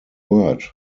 word